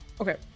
Okay